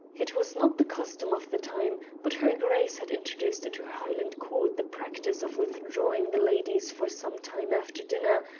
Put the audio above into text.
it was not the custom of the time, but her grace had introduced into her highland court the practice of withdrawing the ladies for some time after dinner,